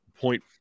point